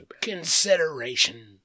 consideration